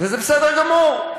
זה בסדר גמור.